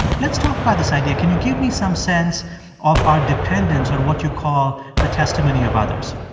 and let's talk about this idea. can you give me some sense of our dependence on what you call the testimony of others?